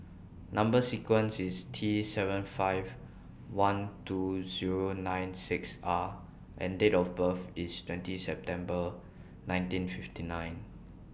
Number sequence IS T seven five one two Zero nine six R and Date of birth IS twenty September nineteen fifty nine